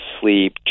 sleep